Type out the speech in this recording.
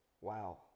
Wow